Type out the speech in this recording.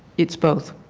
it is both.